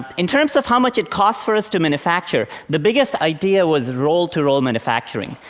in terms of how much it costs for us to manufacture, the biggest idea was roll-to-roll manufacturing,